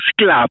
club